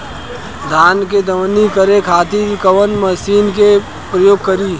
धान के दवनी करे खातिर कवन मशीन के प्रयोग करी?